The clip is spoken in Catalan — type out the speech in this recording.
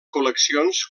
col·leccions